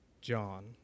John